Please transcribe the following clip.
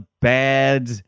bad